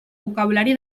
vocabulari